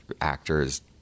actors